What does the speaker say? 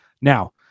Now